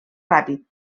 ràpid